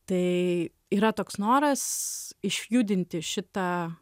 tai yra toks noras išjudinti šitą